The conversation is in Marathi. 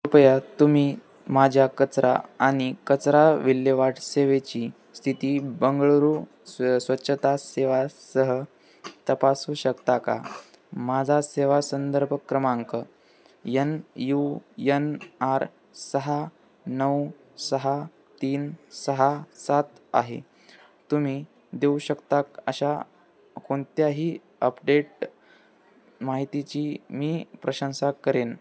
कृपया तुम्ही माझ्या कचरा आणि कचरा विल्हेवाट सेवेची स्थिती बंगळुरू स् स्वच्छता सेवासह तपासू शकता का माझा सेवा संदर्भ क्रमांक यनयूयनआर सहा नऊ सहा तीन सहा सात आहे तुम्ही देऊ शकता अशा कोणत्याही अपडेट माहितीची मी प्रशंसा करेन